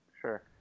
Sure